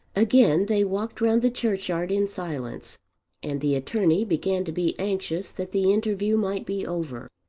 again they walked round the churchyard in silence and the attorney began to be anxious that the interview might be over.